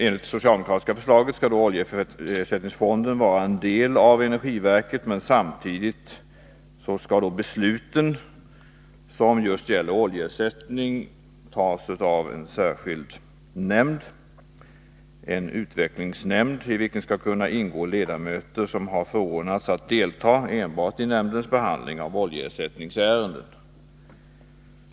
Enligt det socialdemokratiska förslaget skall oljeersättningsfonden vara en del av energiverket, men samtidigt skall de beslut som gäller just oljeersättning tas av en särskild nämnd, en utvecklingsnämnd, i vilken skall kunna ingå ledamöter som har förordnats att delta enbart i nämndens behandling av oljeersättningsärenden.